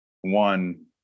one